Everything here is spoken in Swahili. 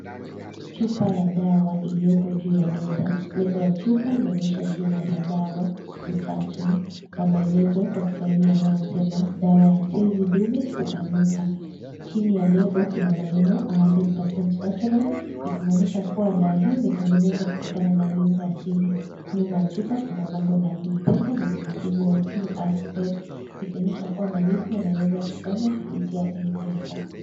Chupa ya dawa iliyopo juu ya meza. label . Chupa inaonyesha jina ya dawa Utatu na mawelezo kwa kiswahili yanayosema dawa ya tezi ndume hupanuka. Chini ya label kuna maneno 100% natural ikimaanisha dawa hio imetengenezwa kutokana na viungo asili. Nyuma ya chupa kuna bango la M-pesa na lenye msibo wa QR Code ikionyesha kua malipo yanaweza kufanya kupitia M-pesa.